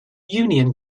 union